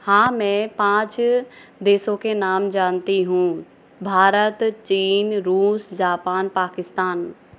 हाँ मैं पाँच देशों के नाम जानती हूँ भारत चीन रूस जापान पाकिस्तान